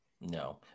No